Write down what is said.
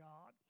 God